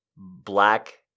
Black